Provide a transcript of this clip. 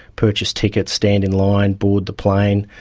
purchase tickets, stand in line, board the plane.